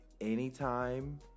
anytime